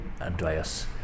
Andreas